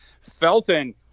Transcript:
Felton